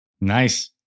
Nice